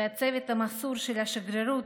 ואת הצוות המסור של השגרירות.